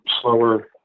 slower